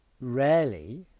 rarely